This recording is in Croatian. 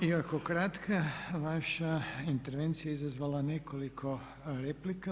Iako kratka vaša intervencija je izazvala nekoliko replika.